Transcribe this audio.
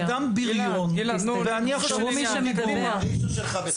גלעד, גלעד.